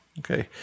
Okay